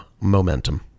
momentum